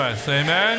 Amen